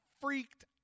freaked